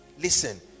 Listen